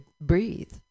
breathe